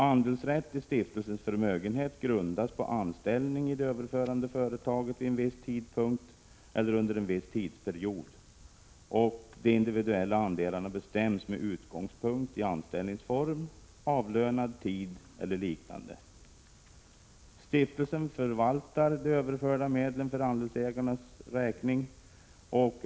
Andelsrätt i stiftelsens förmögenhet grundas på anställning i det överförande företaget vid en viss tidpunkt eller under en viss tidsperiod. De individuella andelarna bestäms med utgångspunkt i anställningsform, avlönad tid eller liknande. Stiftelsen förvaltar de överförda medlen för andelsägarnas räkning.